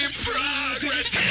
progress